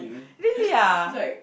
really ah